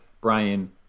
Brian